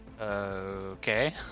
okay